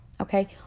Okay